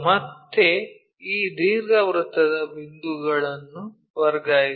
ಈಗ ಮತ್ತೆ ಈ ದೀರ್ಘವೃತ್ತದ ಬಿಂದುಗಳನ್ನು ವರ್ಗಾಯಿಸಿ